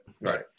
Right